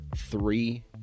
Three